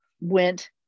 went